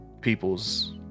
people's